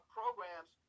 programs